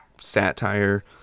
satire